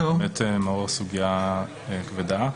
סוגיה כבדה.